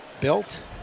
built